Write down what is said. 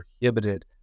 prohibited